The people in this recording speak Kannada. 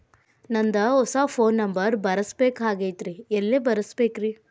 ನಂದ ಹೊಸಾ ಫೋನ್ ನಂಬರ್ ಬರಸಬೇಕ್ ಆಗೈತ್ರಿ ಎಲ್ಲೆ ಬರಸ್ಬೇಕ್ರಿ?